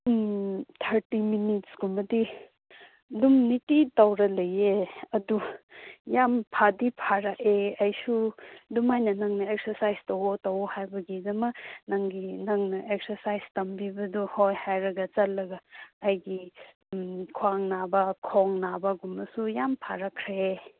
thirty minutes ꯀꯨꯝꯕꯗꯤ ꯑꯗꯨꯝ ꯅꯨꯡꯇꯤꯒꯤ ꯇꯧꯔꯒ ꯂꯩꯌꯦ ꯑꯗꯨ ꯌꯥꯝ ꯐꯗꯤ ꯐꯔꯛꯑꯦ ꯑꯩꯁꯨ ꯑꯗꯨꯃꯥꯏꯅ ꯅꯪꯅ ꯑꯦꯛꯁꯦꯔꯁꯥꯏꯁ ꯇꯧꯋꯣ ꯇꯧꯋꯣ ꯍꯥꯏꯕꯒꯤꯗꯃꯛ ꯅꯪꯅ ꯑꯦꯛꯁꯔꯁꯥꯏꯁ ꯇꯝꯕꯤꯕꯗꯣ ꯍꯣꯏ ꯍꯥꯏꯔꯒ ꯆꯠꯂꯒ ꯑꯩꯒꯤ ꯈ꯭ꯋꯥꯡ ꯅꯥꯕ ꯈꯣꯡ ꯅꯥꯕꯒꯨꯝꯕꯁꯨ ꯌꯥꯝ ꯐꯔꯛꯈ꯭ꯔꯦ